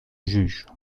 juge